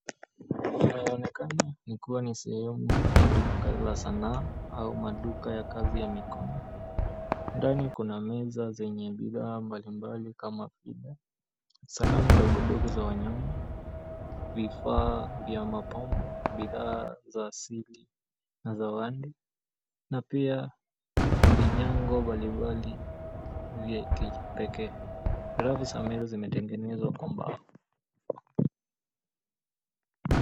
Inaonekana kuwa na sehemu ya duka la sanaa au maduka ya kazi ya mikono. Ndani kuna meza zenye bidhaa mbalimbali kama fedha. Sanamu ndogo ndogo za wanyama, vifaa vya mapombo, bidhaa za asili na zawadi na pia vinyango mbalimbali vya kipekee. Raba za meza zimetengenezwa kwa mbao.